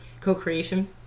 co-creation